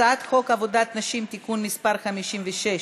הצעת חוק עבודת נשים (תיקון מס' 56),